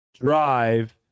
drive